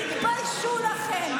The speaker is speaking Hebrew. תתביישו לכם.